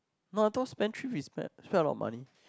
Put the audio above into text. no I thought spend spendthrift is spend a lot of money